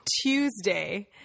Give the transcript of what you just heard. Tuesday